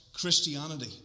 Christianity